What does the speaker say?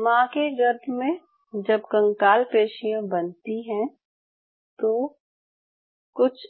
माँ के गर्भ में जब कंकाल पेशियाँ बनती हैं वो कुछ